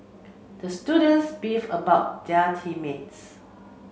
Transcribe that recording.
the students beefed about their team mates